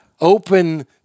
Open